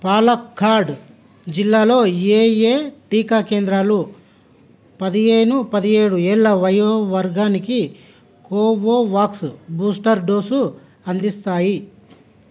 పాలక్కాడ్ జిల్లాలో ఏయే టీకా కేంద్రాలు పదిహేను పదిహేడు ఏళ్ళ వయో వర్గానికి కోవోవాక్స్ బూస్టర్ డోసు అందిస్తాయి